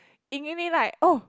Yin-Mi like oh